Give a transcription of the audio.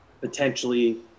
potentially